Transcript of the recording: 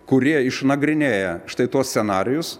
kurie išnagrinėję štai tuos scenarijus